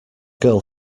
girl